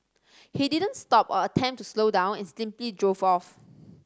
he didn't stop or attempt to slow down and simply drove off